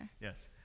Yes